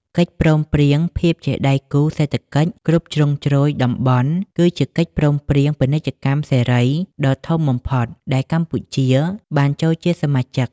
កិច្ចព្រមព្រៀងភាពជាដៃគូសេដ្ឋកិច្ចគ្រប់ជ្រុងជ្រោយតំបន់ គឺជាកិច្ចព្រមព្រៀងពាណិជ្ជកម្មសេរីដ៏ធំបំផុតដែលកម្ពុជាបានចូលជាសមាជិក។